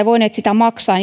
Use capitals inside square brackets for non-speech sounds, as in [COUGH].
[UNINTELLIGIBLE] voineet sitä maksaa [UNINTELLIGIBLE]